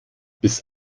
bis